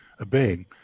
obeying